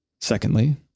Secondly